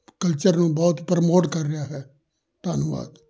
culture ਨੂੰ ਬਹੁਤ promote ਕਰ ਰਿਹਾ ਹੈ ਧੰਨਵਾਦ